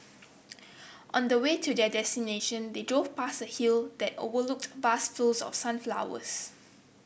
on the way to their destination they drove past a hill that overlooked vast fields of sunflowers